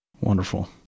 Wonderful